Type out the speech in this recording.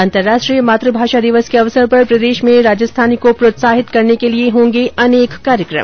अन्तरराष्ट्रीय मातू भाषा दिवस के अवसर पर प्रदेश में राजस्थानी को प्रोत्साहित करने के लिए होंगे अनेक कार्यक्रम